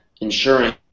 ensuring